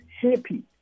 happy